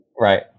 Right